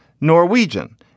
Norwegian